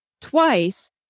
twice